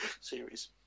series